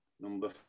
Number